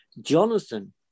Jonathan